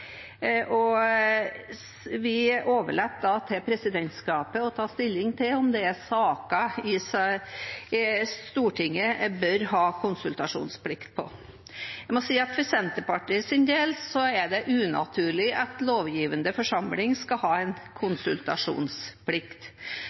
til presidentskapet å ta stilling til om det er saker Stortinget bør ha konsultasjonsplikt på. Jeg må si at for Senterpartiets del er det unaturlig at lovgivende forsamling skal ha en